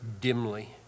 dimly